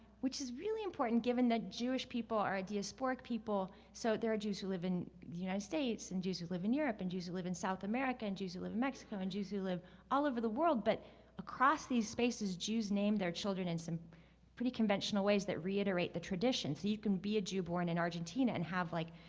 which is really important given that jewish people are diasporic people, so there are jews who live in the united states, and jews who live in europe, and jews who live in south america, and jews who live in mexico, and jews who live all over the world, but across these spaces, jews name their children in some pretty conventional ways that reiterate the tradition. so you can be a jew born in argentina and have, like,